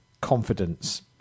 confidence